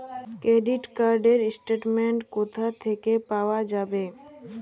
Credit card র statement কোথা থেকে পাওয়া যাবে?